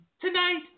tonight